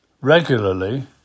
regularly